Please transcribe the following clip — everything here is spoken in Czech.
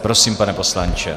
Prosím, pane poslanče.